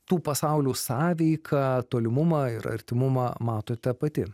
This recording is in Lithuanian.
tų pasaulių sąveiką tolimumą ir artimumą matote pati